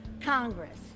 Congress